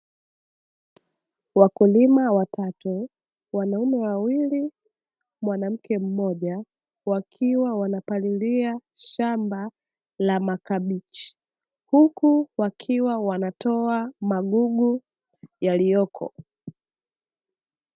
Wakulima watatu wanaume wawili na mwanamke mmoja, wakiwa wanapalilia shamba la makabichi huku wakiwa wanatoa magugu yaliyoko.